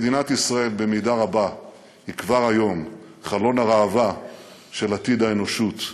מדינת ישראל במידה רבה היא כבר היום חלון הראווה של עתיד האנושות.